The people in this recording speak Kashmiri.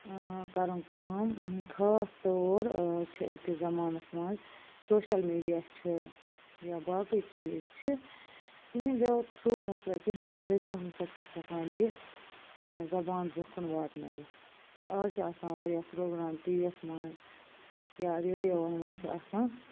کَرُن کٲم خاص طور چھِ أزۍکِس زمانَس منٛز سوشل میٖڈیا چھُ یا باقٕے چیٖز چھِ تِہنٛدیو تھرٛوٗ ہَسا تِمو ذٔریعہِ ہَسا چھِ أسۍ ہٮ۪کان یہِ زبان برٛۄنٛہہ کُن واتنٲیِتھ آز چھِ آسان واریاہ پرٛوگرام ٹی وی یَس منٛز یا ریڈیون منٛز چھِ آسان